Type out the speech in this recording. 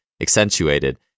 accentuated